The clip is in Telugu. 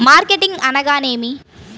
మార్కెటింగ్ అనగానేమి?